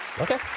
Okay